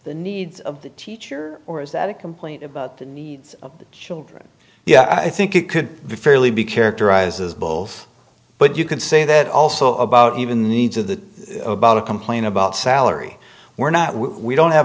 the needs of the teacher or is that a complaint about the needs of the children yeah i think it could be fairly be characterized as both but you can say that also about even the needs of the about a complain about salary we're not we don't have